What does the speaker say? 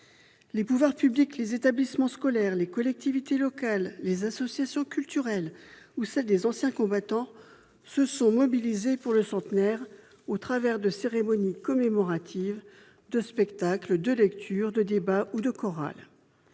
Les pouvoirs publics, les établissements scolaires, les collectivités locales, les associations culturelles ou celles des anciens combattants se sont mobilisés pour le centenaire de la fin de la Grande Guerre, au travers de cérémonies commémoratives, de spectacles, de lectures, de débats ou de chorales.